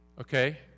Okay